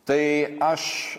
tai aš